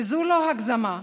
וזו לא הגזמה.